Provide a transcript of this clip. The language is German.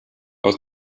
aus